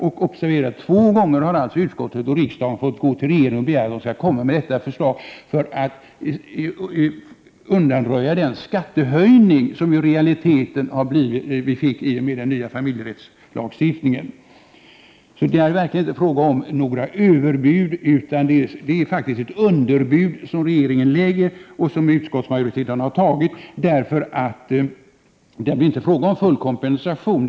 Och observera: två gånger har utskottet och riksdagen fått gå till regeringen och begära att den skall komma med ett förslag för att undanröja den skattehöjning som vi i realiteten fick med den nya familjerättslagstiftningen. Det är verkligen inte fråga om några överbud, utan det är faktiskt ett underbud som regeringen lägger och som utskottsmajoriteten har tagit. Det blir inte fråga om full kompensation.